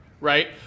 right